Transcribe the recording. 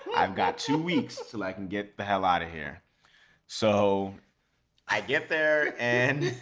i've got two weeks until i can get the hell out of here so i get there and